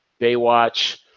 Baywatch